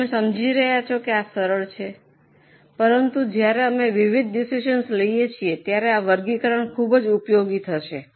શું તમે સમજી રહ્યા છો કે આ સરળ છે પરંતુ જ્યારે અમે વિવિધ ડિસિઝન લઈએ છીએ ત્યારે આ વર્ગીકરણ ખૂબ જ ઉપયોગી થશે